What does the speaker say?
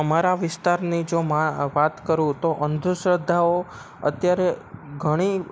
અમારા વિસ્તારની જો વાત કરું તો અંધશ્રદ્ધાઓ અત્યારે ઘણી